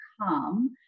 come